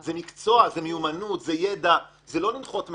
זה מקצוע, זו מיומנות, זה ידע, זה לא לנחות מהירח.